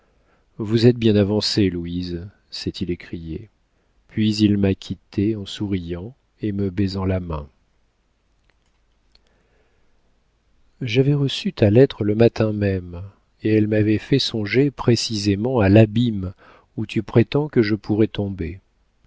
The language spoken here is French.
vous êtes bien avancée louise s'est-il écrié puis il m'a quittée en souriant et me baisant la main j'avais reçu ta lettre le matin même et elle m'avait fait songer précisément à l'abîme où tu prétends que je pourrais tomber